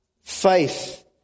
Faith